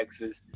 Texas